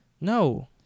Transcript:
No